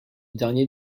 dernier